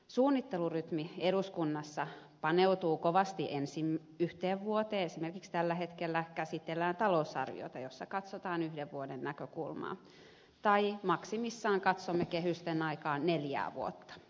suunnittelurytmi eduskunnassa on sellainen että paneudutaan kovasti yhteen vuoteen esimerkiksi tällä hetkellä käsitellään talousarviota jossa katsotaan yhden vuoden näkökulmaa tai maksimissaan katsomme kehysten aikaa neljää vuotta